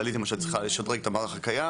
כללית, למשל, צריכה לשדרג את המערך הקיים.